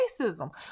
racism